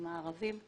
עם הערבים,